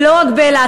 ולא רק באילת.